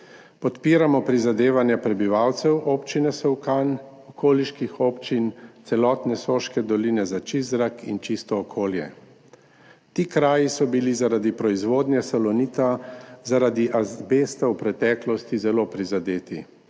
Podpiramo prizadevanja prebivalcev Občine Solkan, okoliških občin, celotne Soške doline za čist zrak in čisto okolje. Ti kraji so bili zaradi proizvodnje salonita, zaradi azbesta v preteklosti zelo prizadeti.